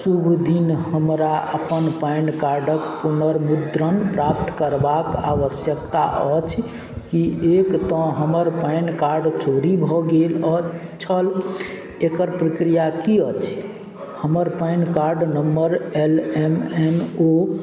शुभ दिन हमरा अपन पैन कार्डके पुनर्मुद्रण प्राप्त करबाक आवश्यकता अछि कि एक तँ हमर पैन कार्ड चोरी भऽ गेल अछि छल एकर प्रक्रिया कि अछि हमर PAN card number L M N ओ